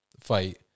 fight